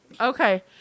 Okay